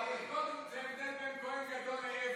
אליעזר, זה הבדל בין כוהן גדול לעבד,